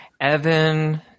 Evan